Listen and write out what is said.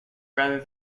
rather